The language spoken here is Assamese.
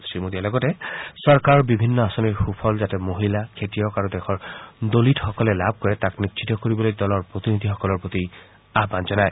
শ্ৰীমোদীয়ে লগতে চৰকাৰৰ বিভিন্ন আঁচনিৰ সফল যাতে মহিলা খেতিয়ক আৰু দেশৰ দলিত সকলে লাভ কৰে তাক নিশ্চিত কৰিবলৈ দলৰ প্ৰতিনিধিসকলৰ প্ৰতি আহান জনায়